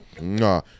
Nah